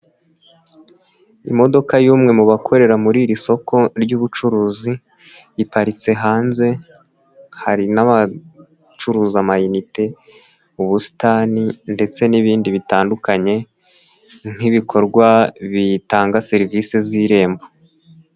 Imodoka y'umwe mu bakorera muri iri soko ry'ubucuruzi iparitse hanze, hari n'abacuruza amayinite, ubusitani ndetse n'ibindi bitandukanye, nk'ibikorwa biyitanga serivisi z'Irembo.